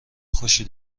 خوشی